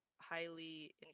highly